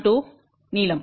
12" நீளம்